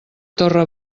torre